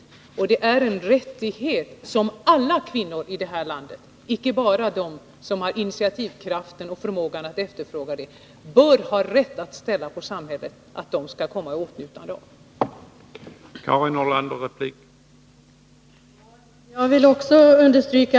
Mammografiundersökningen är en rättighet som alla kvinnor i det här landet, icke bara de som har initiativkraften och förmågan att efterfråga den, bör kunna kräva av samhället och komma i åtnjutande av.